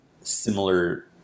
similar